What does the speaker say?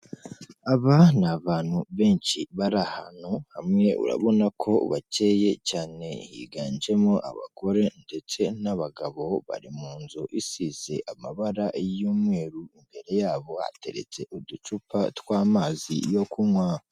Aba ni abantu benshi bari ahantu hamwe urabona ko bakeye cyane higanjemo abagore ndetse n'abagabo bari mu nzu isize amabara y'umweru, imbere yabo hateretse uducupa tw'amazi yo kunywa.